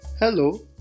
Hello